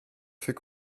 fait